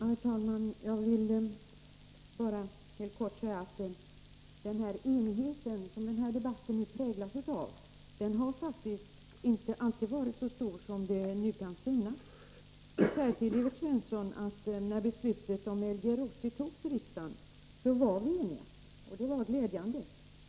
Herr talman! Jag vill bara helt kort säga att den enighet som denna debatt präglas av faktiskt inte alltid har varit så stor som det nu kan synas. Till Evert Svensson vill jag säga, att när beslutet om Lgr 80 fattades i riksdagen var vi eniga, och det var glädjande.